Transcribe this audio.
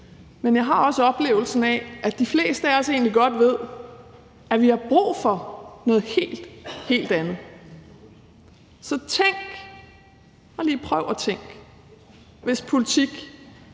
men jeg har også oplevelsen af, at de fleste af os egentlig godt ved, at vi har brug for noget helt, helt andet. Så tænk, bare lige prøv at tænke, hvis politik